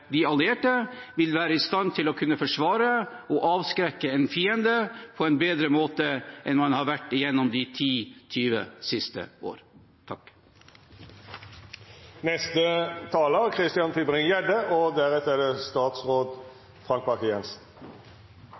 de allierte, vil være i stand til å kunne forsvare oss og avskrekke en fiende på en bedre måte enn man har vært gjennom de 10–20 siste